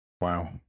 Wow